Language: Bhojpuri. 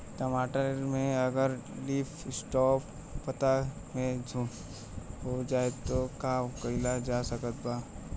टमाटर में अगर लीफ स्पॉट पता में झोंका हो जाएँ त का कइल जा सकत बा?